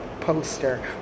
poster